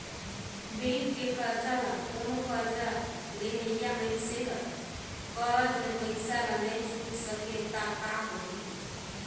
bank के करजा ल कोनो करजा लेहइया मइनसे हर करज ले पइसा ल नइ छुटे सकें त का होही